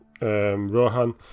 Rohan